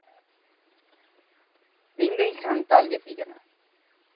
ᱤᱧ ᱫᱩᱧ ᱥᱟᱱᱛᱟᱞ ᱡᱟᱹᱛᱤ ᱠᱟᱱᱟ